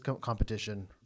competition